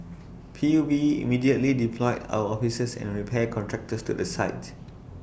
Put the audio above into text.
P U B immediately deployed our officers and repair contractors to the site